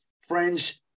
friends